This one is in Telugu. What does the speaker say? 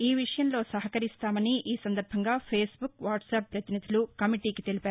ఈ విషయంలో సహకరిస్తామని ఈ సందర్బంగా ఫేస్బుక్ వాట్సాప్ పతినిధులు కమిటీకి తెలిపారు